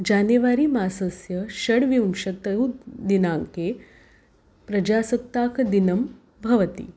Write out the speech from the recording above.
जानेवारि मासस्य षड्विंशतिदिनाङ्के प्रजासत्ताकदिनं भवति